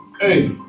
Hey